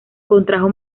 contrajo